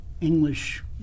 English